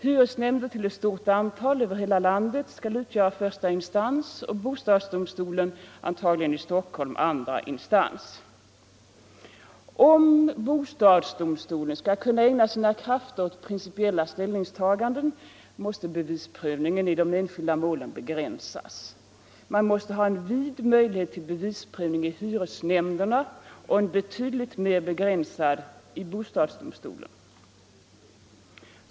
Hyresnämnder till ett stort antal över hela landet skall utgöra första instans, och bostadsdomstolen, antagligen i Stockholm, andra instans. Om bostadsdomstolen skall kunna ägna sina krafter åt principiella ställningstaganden måste bevisprövningen i de enskilda målen begränsas. Man måste ha en vid möjlighet till bevisprövning i hyresnämnderna och en betydligt mer begränsad i bostadsdomstolen.